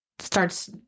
Starts